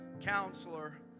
Counselor